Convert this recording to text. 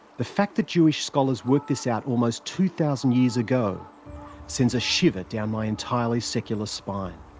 the fact that jewish scholars worked this out almost two thousand years ago sends a shiver down my entirely-secular spine.